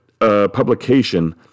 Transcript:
publication